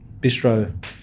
bistro